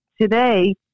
today